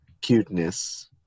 cuteness